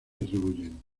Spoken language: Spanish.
atribuyen